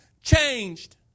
changed